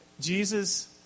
Jesus